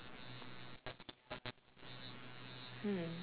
hmm